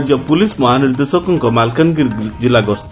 ରାକ୍ୟ ପୁଲିସ ମହାନିର୍ଦ୍ଦେଶକଙ୍କ ମାଲକାନଗିରି ଜିଲ୍ଲା ଗସ୍ତ